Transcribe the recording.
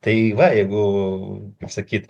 tai va jeigu kaip sakyt